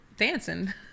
dancing